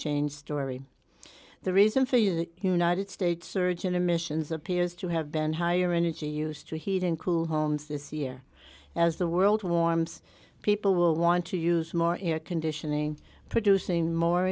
change story the reason for you the united states surge in emissions appears to have been higher energy used to heat and cool homes this year as the world warms people will want to use more air conditioning producing more